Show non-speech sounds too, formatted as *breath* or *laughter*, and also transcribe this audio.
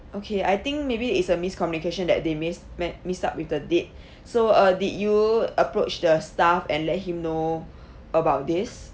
okay I think maybe is a miscommunication that they miss me~ missed up with the date *breath* so uh did you approach the staff and let him know about this